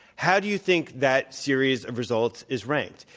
how do you think that series of results is ranked?